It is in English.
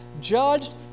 judged